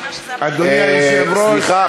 סליחה,